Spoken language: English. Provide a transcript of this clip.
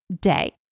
day